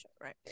Right